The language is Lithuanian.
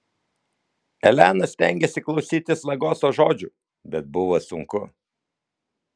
elena stengėsi klausytis lagoso žodžių bet buvo sunku